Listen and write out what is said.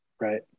Right